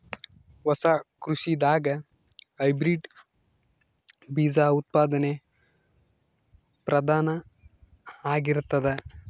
ಹೊಸ ಕೃಷಿದಾಗ ಹೈಬ್ರಿಡ್ ಬೀಜ ಉತ್ಪಾದನೆ ಪ್ರಧಾನ ಆಗಿರತದ